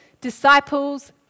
disciples